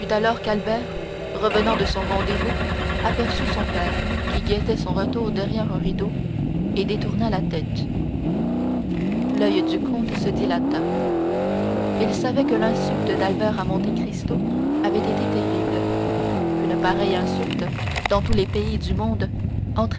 qu'albert revenant de son rendez-vous aperçut son père qui guettait son retour derrière un rideau et détourna la tête l'oeil du comte se dilata il savait que l'insulte d'albert à monte cristo avait été terrible qu'une pareille insulte dans tous les pays du monde